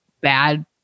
bad